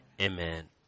Amen